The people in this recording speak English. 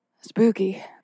Spooky